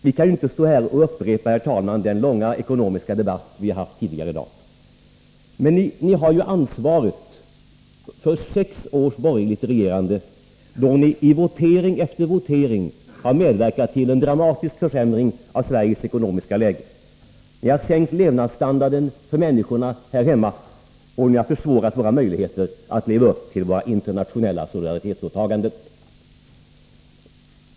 Vi kan ju inte nu upprepa den långa ekonomiska debatt som förts tidigare i dag. Men ni har ju ansvaret för sex års borgerligt regerande, då ni i votering efter votering medverkade till en dramatisk försämring av Sveriges ekonomiska läge. Ni har sänkt levnadsstandarden för människorna här hemma, och ni har minskat våra möjligheter att leva upp till våra internationella solidaritetsåtaganden.